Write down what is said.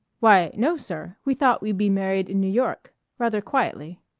why, no, sir. we thought we'd be married in new york rather quietly.